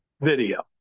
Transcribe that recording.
video